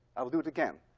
i will do it again.